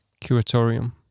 Curatorium